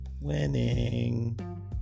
winning